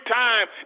time